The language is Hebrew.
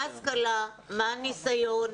מה ההשכלה, מה הניסיון?